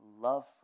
love